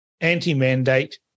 anti-mandate